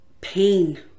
pain